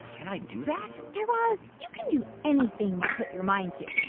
can i do that? guy raz, you can do anything you put your mind to,